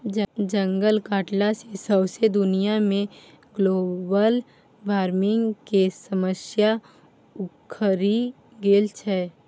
जंगल कटला सँ सौंसे दुनिया मे ग्लोबल बार्मिंग केर समस्या उखरि गेल छै